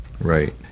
Right